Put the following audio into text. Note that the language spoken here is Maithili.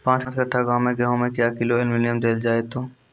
पाँच कट्ठा गांव मे गेहूँ मे क्या किलो एल्मुनियम देले जाय तो?